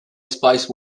space